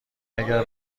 اگر